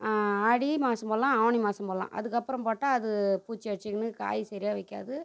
ஆடி மாதம் போடலாம் ஆவணி மாதம் போடலாம் அதுக்கப்புறம் போட்டா அது பூச்சி அடிச்சிக்கினு காய் சரியாக வைக்காது